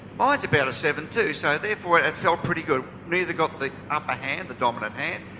mine's about a seven too. so therefore, it felt pretty good. neither got the upper hand, the dominant hand.